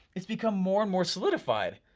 it's become more and more solidified.